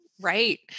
Right